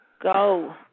Go